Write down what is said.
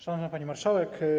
Szanowna Pani Marszałek!